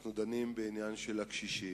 אנחנו דנים בעניין של הקשישים.